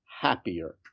happier